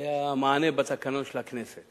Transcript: מענה בתקנון של הכנסת.